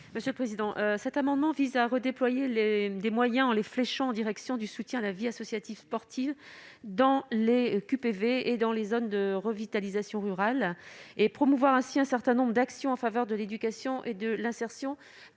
Van Heghe. Cet amendement vise à redéployer des moyens en les fléchant en direction du soutien à la vie associative sportive dans les QPV et dans les zones de revitalisation rurale. Il s'agit ainsi de promouvoir un certain nombre d'actions en faveur de l'éducation et de l'insertion